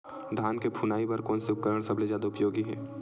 धान के फुनाई बर कोन से उपकरण सबले जादा उपयोगी हे?